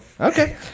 Okay